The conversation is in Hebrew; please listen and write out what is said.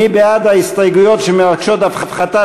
מי בעד ההסתייגויות שמבקשות הפחתת